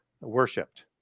worshipped